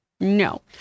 no